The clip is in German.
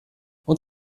und